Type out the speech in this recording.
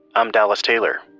i'm dallas taylor